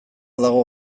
dago